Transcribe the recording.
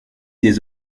des